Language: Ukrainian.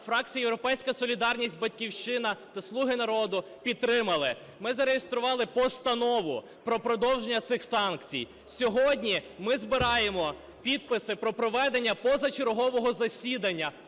фракція "Європейська солідарність", "Батьківщина" та "Слуга народу" підтримали, ми зареєстрували Постанову про продовження цих санкцій. Сьогодні ми збираємо підписи про проведення позачергового засідання